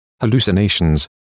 hallucinations